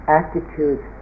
attitude